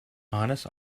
honest